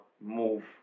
move